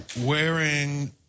Wearing